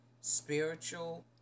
spiritual